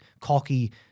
cocky